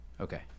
Okay